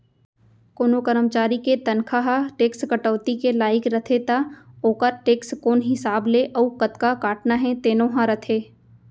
कोनों करमचारी के तनखा ह टेक्स कटौती के लाइक रथे त ओकर टेक्स कोन हिसाब ले अउ कतका काटना हे तेनो ह रथे